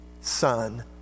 son